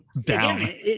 down